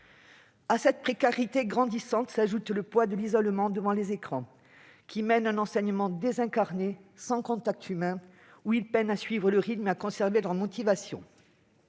À cette précarité grandissante s'ajoute le poids de l'isolement devant les écrans. Il en résulte un enseignement désincarné, sans contact humain, face auquel les étudiants peinent à suivre le rythme et à conserver leur motivation.